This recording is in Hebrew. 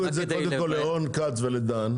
שתציגו את זה קודם כל לרון כץ ולדן.